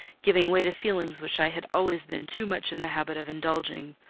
giving way to feelings which i had always been too much in the habit of indulging,